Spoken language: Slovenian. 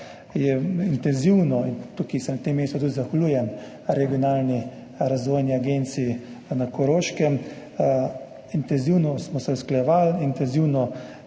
je intenzivno, in na tem mestu se tudi zahvaljujem Regionalni razvojni agenciji za Koroško, intenzivno smo se usklajevali, intenzivno